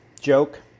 joke